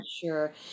sure